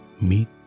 Meet